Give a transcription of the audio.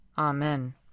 Amen